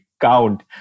count